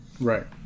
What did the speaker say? right